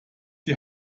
die